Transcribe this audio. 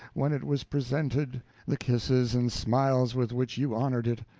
when it was presented the kisses and smiles with which you honored it.